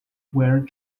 were